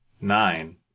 nine